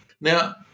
Now